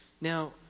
Now